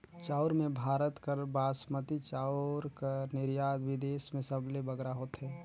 चाँउर में भारत कर बासमती चाउर कर निरयात बिदेस में सबले बगरा होथे